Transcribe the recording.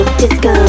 disco